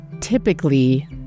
typically